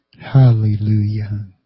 hallelujah